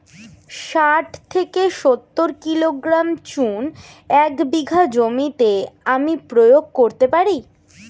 শাঠ থেকে সত্তর কিলোগ্রাম চুন এক বিঘা জমিতে আমি প্রয়োগ করতে পারি?